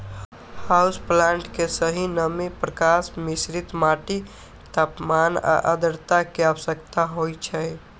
house plant कें सही नमी, प्रकाश, मिश्रित माटि, तापमान आ आद्रता के आवश्यकता होइ छै